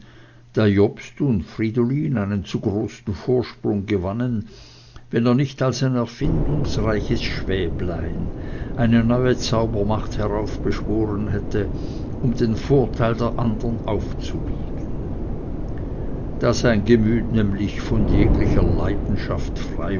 jobst und fridolin einen zu großen vorsprung gewannen wenn er nicht als ein erfindungsreiches schwäblein eine neue zaubermacht heraufbeschworen hätte um den vorteil der andern aufzuwiegen da sein gemüt nämlich von jeglicher leidenschaft frei